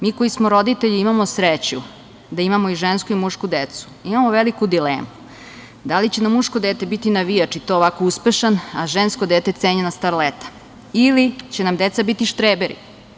Mi koji smo roditelji i imamo sreću da imamo i žensku i mušku decu, imamo veliku dilemu da li će nam muško dete biti navijač i to ovako uspešan, a žensko dete cenjena starleta, ili će nam deca biti štreberi.